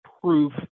proof